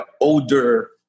older